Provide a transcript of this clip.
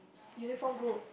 uniform group